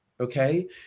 Okay